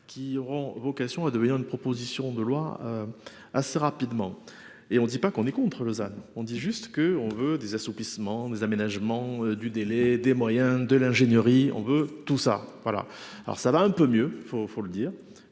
qui auront vocation à devenir une proposition de loi assez rapidement et on ne dit pas qu'on est contre Lausanne : on dit juste que, on veut des assouplissements des aménagements du délai des moyens de l'ingénierie on eux tout ça, voilà, alors ça va un peu mieux faut faut le dire,